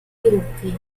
gruppi